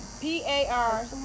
P-A-R